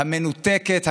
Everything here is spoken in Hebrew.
המנותקת,